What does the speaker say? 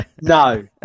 No